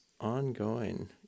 ongoing